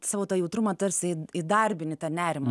savo tą jautrumą tarsi įdarbini tą nerimą